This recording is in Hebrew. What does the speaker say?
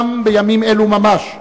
גם בימים אלו ממש,